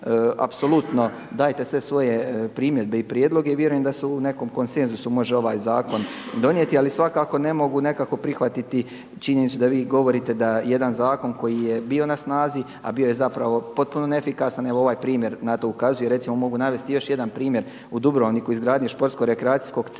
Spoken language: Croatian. Apsolutno dajte sve svoje primjedbe i prijedloge i vjerujem da se u nekom konsenzusu može ovaj zakon donijeti, ali svakako ne mogu nekako prihvatiti činjenicu da vi govorite da jedan zakon koji je bio na snazi, a bio je zapravo potpuno neefikasan, evo ovaj primjer na to ukazuje. Recimo mogu navesti još jedan primjer u Dubrovniku izgradnje športsko-rekreacijskog centra